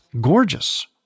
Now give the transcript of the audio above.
gorgeous